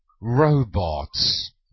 robots